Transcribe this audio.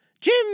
Jim